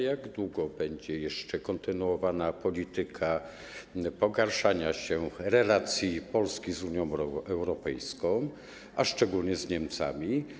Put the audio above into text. Jak długo będzie jeszcze kontynuowana polityka pogarszania relacji Polski z Unią Europejską, a szczególnie z Niemcami?